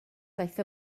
ddaeth